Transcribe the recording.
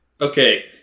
Okay